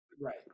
right